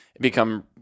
become